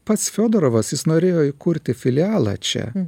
pats fiodorovas jis norėjo įkurti filialą čia